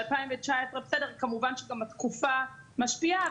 כמובן שגם התקופה משפיעה,